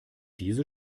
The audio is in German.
diese